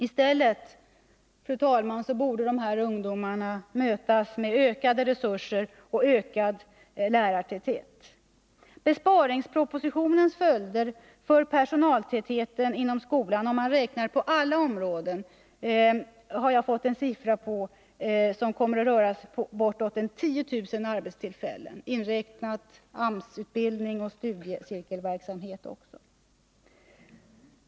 I stället, fru talman, borde dessa ungdomar mötas med ökade resurser och ökad lärartäthet. Besparingspropositionens följder för personaltätheten inom skolan, om man räknar med alla områden, har jag fått en siffra på. Det kommer att röra sig om bortåt 10000 arbetstillfällen, inräknat också AMS-utbildning och studiecirkelverksamhet.